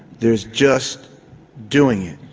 there's just doing it.